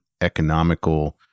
economical